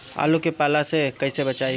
आलु के पाला से कईसे बचाईब?